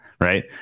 right